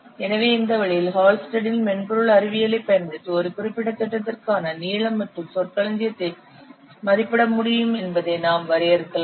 எனவே இந்த வழியில் ஹால்ஸ்டெட்டின் மென்பொருள் அறிவியலைப் பயன்படுத்தி ஒரு குறிப்பிட்ட திட்டத்திற்கான நீளம் மற்றும் சொற்களஞ்சியத்தை மதிப்பிட முடியும் என்பதை நாம் வரையறுக்கலாம்